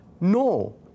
No